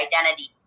identity